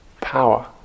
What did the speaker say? power